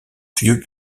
vieux